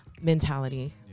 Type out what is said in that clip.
mentality